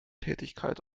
tätigkeit